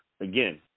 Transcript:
again